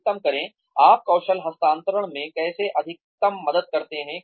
अधिकतम करें आप कौशल हस्तांतरण में कैसे अधिकतम मदद करते हैं